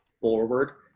forward